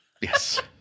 yes